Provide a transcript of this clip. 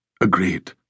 Agreed